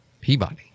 Peabody